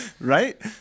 Right